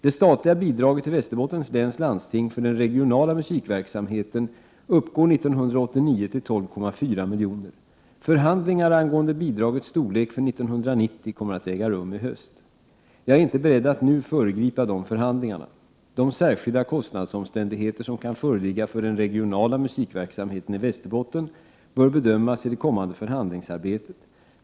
Det statliga bidraget till Västerbottens läns landsting för den regionala musikverksamheten uppgår 1989 till 12,4 milj.kr. Förhandlingar angående bidragets storlek för 1990 kommer att äga rum i höst. Jag är inte beredd att nu föregripa dessa förhandlingar. De särskilda kostnadsomständigheter som kan föreligga för den regionala musikverksamheten i Västerbotten bör bedömas i det kommande förhandlingsarbetet.